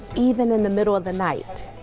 even in the middle of the night.